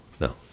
No